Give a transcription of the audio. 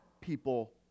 people